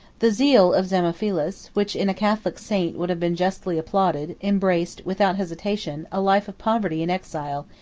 the zeal of damophilus, which in a catholic saint would have been justly applauded, embraced, without hesitation, a life of poverty and exile,